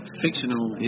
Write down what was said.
fictional